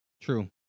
True